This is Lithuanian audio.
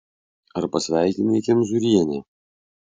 ar pasveikinai kemzūrienę